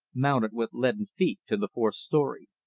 mounted with leaden feet to the fourth story.